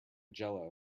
jello